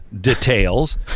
details